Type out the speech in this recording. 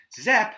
Zep